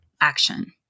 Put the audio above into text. action